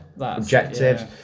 objectives